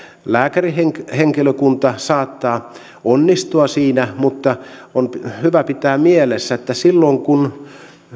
lääkärihenkilökunta saattaa onnistua siinä on hyvä pitää mielessä että silloin kun